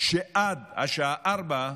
שעד השעה 16:00,